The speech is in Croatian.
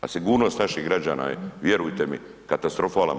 A sigurnost naših građana je, vjerujete mi katastrofalan.